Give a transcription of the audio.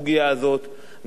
גם השר לביטחון הפנים,